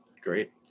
Great